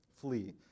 Flee